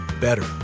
better